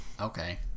Okay